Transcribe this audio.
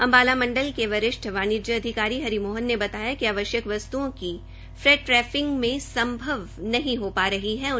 अंबाला मंडल के वरिष्ठ वाणिज्य अधिकारी हरि मोहन ने बताया कि आवश्यक वस्तुओं की फ्रेट ट्रैपिक में आपूर्ति संभव नही हो पा रही थी